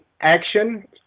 action